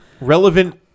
relevant